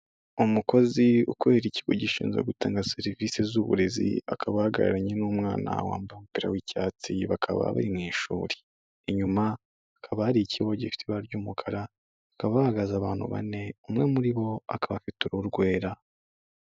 Umukozi ukorera ikigo gishinzwe gutanga serivisi z'uburezi, akaba ahagararanye n'umwana wambaye umupira w'icyatsi bakaba bari mu ishuri, inyuma hakaba hari ikibahu gifite ibara ry'umukara, hakaba hahagaze abantu bane, umwe muri bo akaba afite uruhu rwera.